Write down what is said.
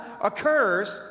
occurs